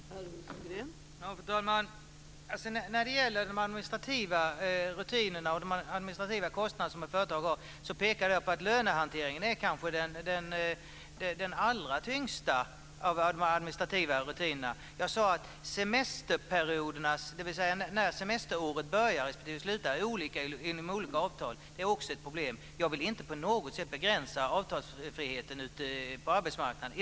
Fru talman! När det gäller de administrativa rutiner och kostnader som ett företag har pekade jag på att lönehanteringen kanske är den allra tyngsta av de administrativa rutinerna. Jag sade att när semesterperioderna börjar respektive slutar är olika i de olika avtalen. Det är också ett problem. Jag vill inte på något sätt begränsa avtalsfriheten på arbetsmarknaden.